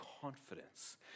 confidence